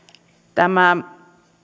tämä